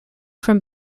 from